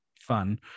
fun